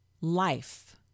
life